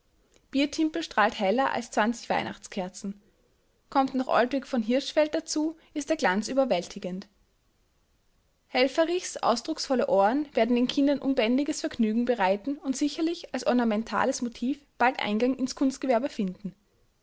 biertimpel strahlt heller als weihnachtskerzen kommt noch oltwig v hirschfeld dazu ist der glanz überwältigend helfferichs ausdrucksvolle ohren werden den kindern unbändiges vergnügen bereiten und sicherlich als ornamentales motiv bald eingang ins kunstgewerbe finden